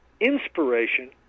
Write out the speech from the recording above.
inspiration